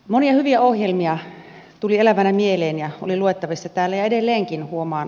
monia hyviä ohjelmia tuli elävänä mieleen ja oli luettavissa täällä ja edelleenkin huomaan